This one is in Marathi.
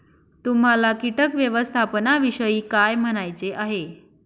तुम्हाला किटक व्यवस्थापनाविषयी काय म्हणायचे आहे?